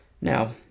Now